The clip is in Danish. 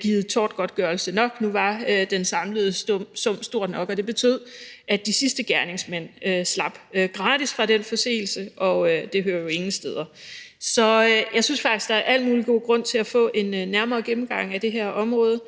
givet tortgodtgørelse nok; nu var den samlede sum stor nok. Det betød, at de sidste gerningsmand slap gratis fra den forseelse, og det hører ingen steder hjemme. Jeg synes faktisk, der er al mulig god grund til at få en nærmere gennemgang af det her område,